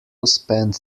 spent